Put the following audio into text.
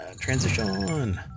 Transition